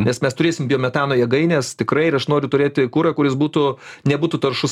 nes mes turėsim biometano jėgaines tikrai ir aš noriu turėti kurą kuris būtų nebūtų taršus